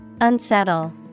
Unsettle